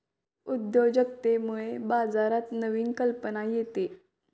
उद्योजकतेमुळे बाजारात नवीन कल्पना येते